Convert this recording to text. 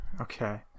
Okay